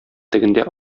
тегендә